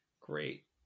Great